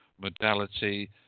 modality